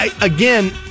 again